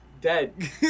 dead